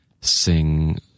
sing